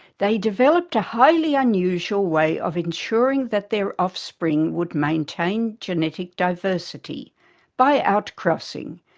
they developed a highly unusual way of ensuring that their offspring would maintain genetic diversity by out-crossing,